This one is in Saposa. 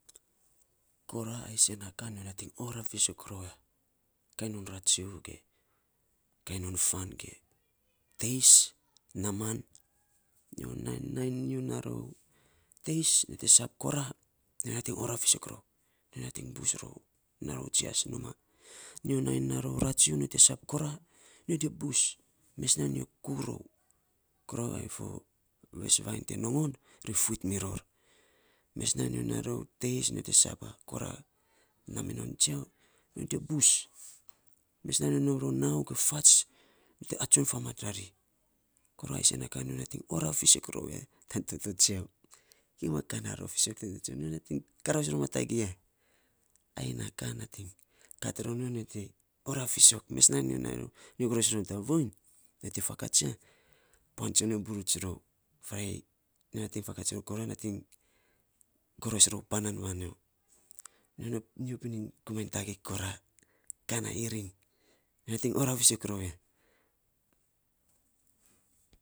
Kora na isen na kat nyo nating oraf fisok ror ya kainy non ratsu ge kai non fan ge teis naman, nyo nating nyo na rou teis nyo sab kora nyo nating orav rou nyo nating bus rou na rou jian numa. Nyo nai na rou ratsu nyo te sab kora, nyo te bus mes nainy nyo kuu rou mes vainy te nongon ri fuit miror mes kainy nyo te na teis nyo te sab a kora na minon tsau nyo te bus. Mes nainy nyo te nom fats ge nau nyo te atsun famat rari. Kora na isen na ka nyo nating orav fisok rou ya tan toto tsiau. Gi ka na rof fisok tau toto tsiau, nyo nating karous rou ma tagei ya, na ka nating kat ro nyo, nyo te fakats ya, puan tsonyo buruts rou, farei kora nating goros non pana ma nyo, nyo pininy tagei kora, ka na iring nyo nating orav fisok rou ya.